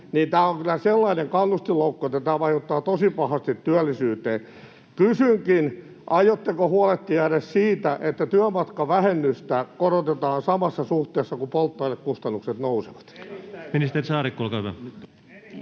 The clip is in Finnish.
tämä on kyllä sellainen kannustinloukku, että tämä vaikuttaa tosi pahasti työllisyyteen. Kysynkin: aiotteko huolehtia edes siitä, että työmatkavähennystä korotetaan samassa suhteessa kuin missä polttoainekustannukset nousevat?